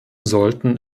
sollten